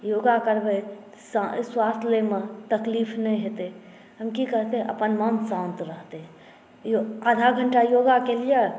योग करबै तऽ श्वास लइमे तकलीफ नहि हेतै तहन की करतै अपन मन शान्त रहतै आधा घण्टा योग केलियै